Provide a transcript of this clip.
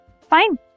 Fine